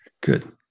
Good